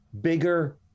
bigger